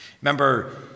Remember